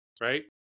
right